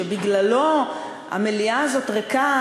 שבגללו המליאה הזאת ריקה,